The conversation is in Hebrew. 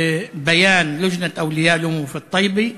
להלן תרגומם: אני רוצה לברך על הודעת ועד ההורים בטייבה.